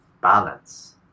balance